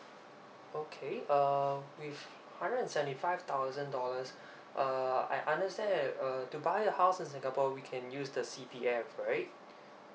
okay uh with hundred and seventy five thousand dollars uh I understand that uh to buy a house in singapore we can use the C_P_F right